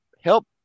help